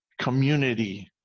community